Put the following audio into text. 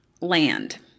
land